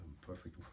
perfect